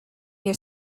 your